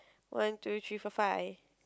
one two three four five